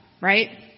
Right